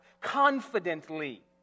confidently